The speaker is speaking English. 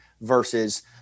versus